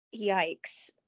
Yikes